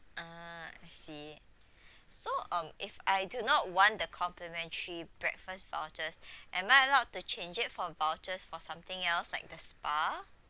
ah I see so um if I do not want the complimentary breakfast vouchers am I allowed to change it for vouchers for something else like the spa